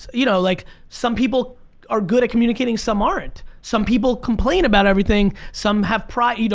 you know, like some people are good at communicating, some aren't. some people complain about everything, some have pride. you know